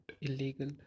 illegal